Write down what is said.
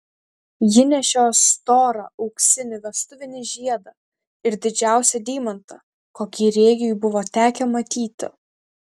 ji nešiojo storą auksinį vestuvinį žiedą ir didžiausią deimantą kokį rėjui buvo tekę matyti